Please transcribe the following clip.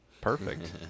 perfect